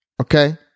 Okay